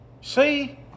see